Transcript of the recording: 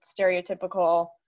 stereotypical